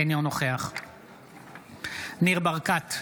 אינו נוכח ניר ברקת,